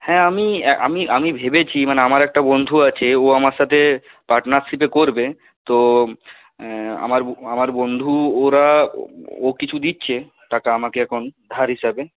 হ্যাঁ আমি আমি আমি ভেবেছি মানে আমার একটা বন্ধু আছে ও আমার সাথে পার্টনারশিপে করবে তো আমা আমার বন্ধু ওরা ও ও কিছু দিচ্ছে টাকা আমাকে এখন ধার হিসাবে